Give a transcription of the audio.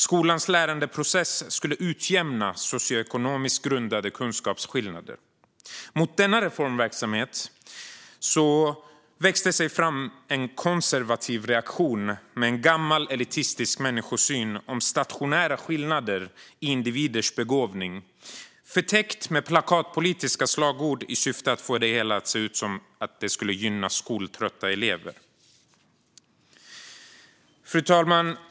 Skolans lärandeprocess skulle utjämna socioekonomiskt grundade kunskapsskillnader. Mot denna reformverksamhet växte en konservativ reaktion fram med en gammal elitistisk människosyn om stationära skillnader i individers begåvning förtäckt av plakatpolitiska slagord i syfte att få det hela att se ut som att det skulle gynna skoltrötta elever. Fru talman!